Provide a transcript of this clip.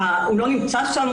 הוא לא נמצא שם,